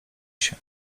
się